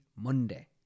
Monday